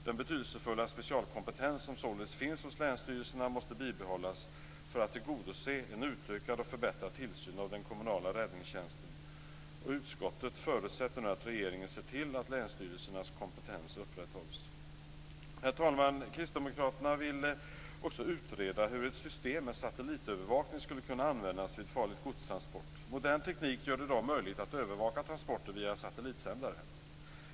Den betydelsefulla specialkompetens som således finns hos länsstyrelserna måste bibehållas för att tillgodose en utökad och förbättrad tillsyn av den kommunala räddningstjänsten. Utskottet förutsätter att regeringen ser till att länsstyrelsernas kompetens upprätthålls. Herr talman! Kristdemokraterna vill också utreda hur ett system med satellitövervakning skulle kunna användas vid farligt-gods-transport. Modern teknik gör det i dag möjligt att övervaka transporter via satellitsändare.